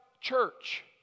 church